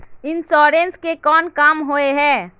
Insurance के कोन काम होय है?